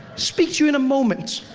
speak to you in a moment.